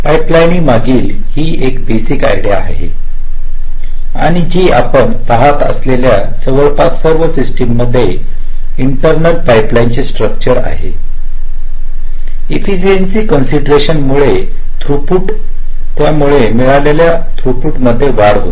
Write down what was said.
pipelining मागील ही एक बेसिक आयडिया आहे आणि जी आपण पहात असलेल्या जवळपास सर्व सस्टीममध्ये इिंटरनल पाइपलाइनचे स्टक्चर आहे इफेशनसी कस्क्वन्सदरेशन मुळे थ्रूपुटमुळे त्यामुळे मळालेल्या थ्रूपुटमध्ये वाढ होते